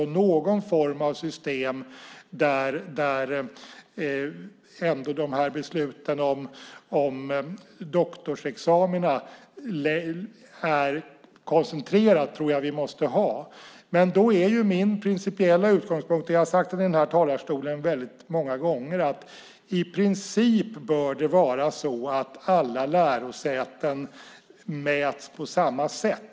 Jag tror att vi måste ha någon form av system där besluten om doktorsexamina är koncentrerade. Då är min principiella utgångspunkt - och det har jag sagt många gånger i den här talarstolen - att alla lärosäten ska mätas på samma sätt.